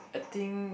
I think